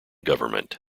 government